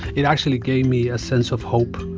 it actually gave me a sense of hope